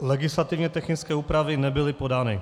Legislativně technické úpravy nebyly podány.